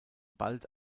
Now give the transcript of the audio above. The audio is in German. bald